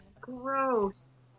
Gross